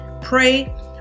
pray